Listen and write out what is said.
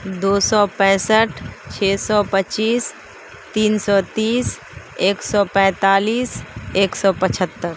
دو سو پینسٹھ چھ سو پچیس تین سو تیس ایک سو پینتالیس ایک سو پچہتر